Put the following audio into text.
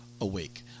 awake